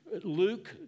Luke